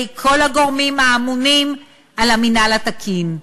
כל הגורמים האמונים על המינהל התקין,